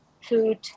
food